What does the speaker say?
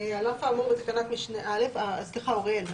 סליחה, אוריאל.